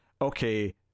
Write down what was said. okay